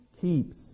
keeps